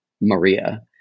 Maria